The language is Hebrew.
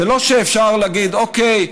זה לא שאפשר להגיד: אוקיי,